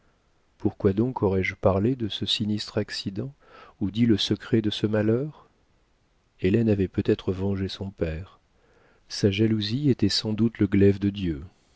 pourquoi donc aurais-je parlé de ce sinistre accident ou dit le secret de ce malheur hélène avait peut-être vengé son père sa jalousie était sans doute le glaive de dieu